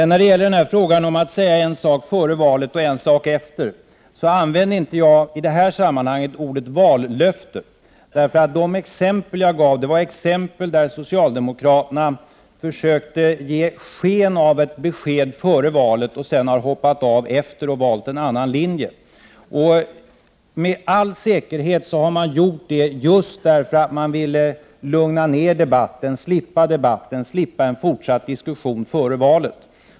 När det gäller att säga en sak före valet och en sak efter så använde inte jag i det här sammanhanget ordet vallöfte. De exempel som jag gav var exempel där socialdemokraterna försökte ge sken av ett besked före valet och sedan har hoppat av efter och valt en annan linje. Med all säkerhet har man gjort det just därför att man ville lugna ner debatten, slippa debatten, slippa en fortsatt diskussion före valet.